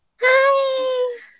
Hi